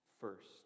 first